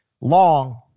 long